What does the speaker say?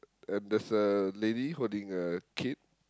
and there's a lady holding a kid